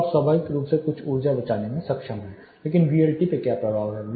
तो आप स्वाभाविक रूप से कुछ ऊर्जा बचाने में सक्षम हैं लेकिन वीएलटी पर क्या प्रभाव है